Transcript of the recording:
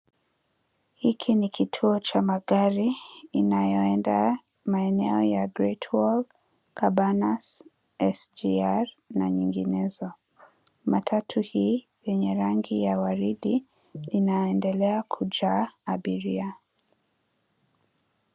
Hiki ni kituo cha magari inayoenda maeneo ya Greatwall , Cabanas, SGR na nyinginezo. Matatu hii yenye rangi ya waridi linaendelea kujaa abiria.